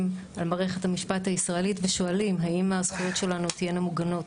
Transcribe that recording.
על מערכת המשפט הישראלית ושואלים האם הזכויות שלנו תהיינה מוגנות?